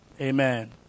amen